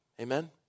Amen